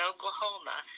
Oklahoma